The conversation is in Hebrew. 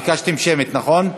ביקשתם שמית, נכון?